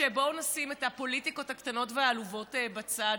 בואו נשים את הפוליטיקות הקטנות והעלובות בצד